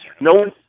No